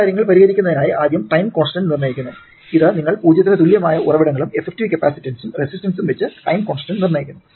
ഈ കാര്യങ്ങൾ പരിഹരിക്കുന്നതിനായി ആദ്യം ടൈം കോൺസ്റ്റന്റ് നിർണ്ണയിക്കുന്നു ഇത് നിങ്ങൾ 0 ന് തുല്യമായ ഉറവിടങ്ങളും എഫക്റ്റീവ് കപ്പാസിറ്റൻസും റെസിസ്റ്റൻസും വെച്ച് ടൈം കോൺസ്റ്റന്റ് നിർണ്ണയിക്കുന്നു